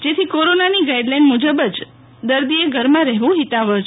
જેથી કોરોનાની ગાઈડલાઈન મુજબ જ દર્દીએ ઘરમાં રહેવું હિતાવહ છે